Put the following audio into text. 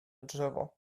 drzewo